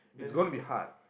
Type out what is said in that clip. it's gonna be hard